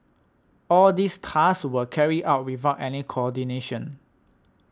all these tasks were carried out without any coordination